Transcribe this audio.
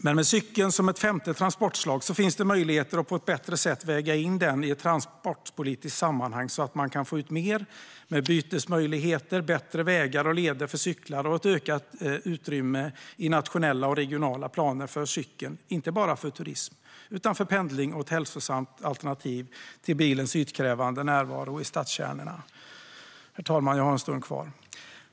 Med cykeln som ett femte transportslag finns det möjligheter att på ett bättre sätt väga in den i ett transportpolitiskt sammanhang så att man kan få ut mer i form av bytesmöjligheter, bättre vägar och leder för cyklar och ökat utrymme för cykeln i nationella och regionala planer, inte bara för turism utan för pendling och som ett hälsosamt alternativ till bilens ytkrävande närvaro i stadskärnorna. Herr talman!